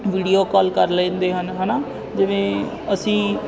video call ਕਰ ਲੈਂਦੇ ਹਨ ਹੈ ਨਾ ਜਿਵੇਂ ਅਸੀਂ